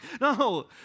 no